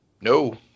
no